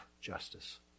justice